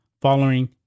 following